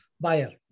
buyer